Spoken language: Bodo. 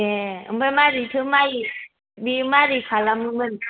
ए ओमफ्राय मारैथो माय बे मारै खालामोमोन